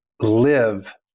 live